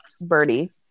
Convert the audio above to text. birdie